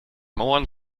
mauern